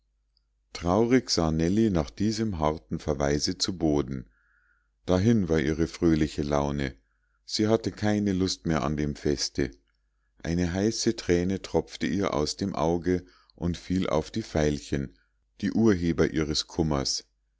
traurig sah nellie nach diesem harten verweise zu boden dahin war ihre fröhliche laune sie hatte keine lust mehr an dem feste eine heiße thräne tropfte ihr aus dem auge und fiel auf die veilchen die urheber ihres kummers